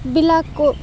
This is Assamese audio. বিলাকো